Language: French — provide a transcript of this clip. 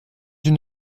une